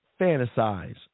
fantasize